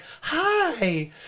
hi